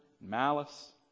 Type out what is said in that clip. malice